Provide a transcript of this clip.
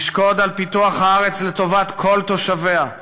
תשקוד על פיתוח הארץ לטובת כל תושביה,